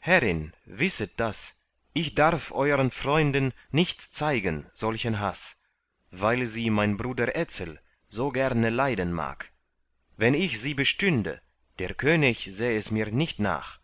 herrin wisset das ich darf euern freunden nicht zeigen solchen haß weil sie mein bruder etzel so gerne leiden mag wenn ich sie bestünde der könig säh es mir nicht nach